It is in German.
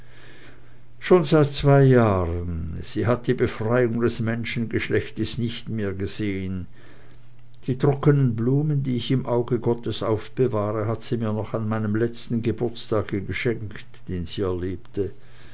schon seit zwei jahren sie hat die befreiung des menschengeschlechtes nicht mehr gesehen die trockenen blumen die ich im auge gottes aufbewahre hat sie mir noch an meinem letzten geburtstage geschenkt den sie erlebte